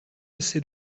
assez